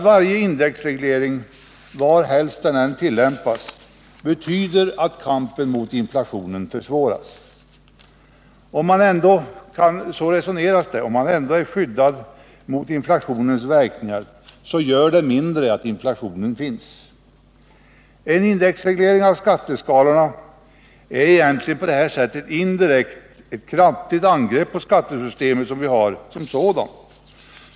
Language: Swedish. Varje indexreglering varhelst den än tillämpas betyder att kampen mot inflationen försvåras. Om man ändå är skyddad mot inflationens verkningar — så resoneras det — gör det mindre att inflationen finns. En indexreglering av skatteskalorna är egentligen på det här sättet indirekt ett kraftigt angrepp på skattesystemet som sådant.